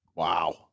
Wow